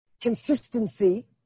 consistency